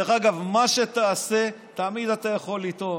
דרך אגב, מה שתעשה, תמיד אתה יכול לטעון,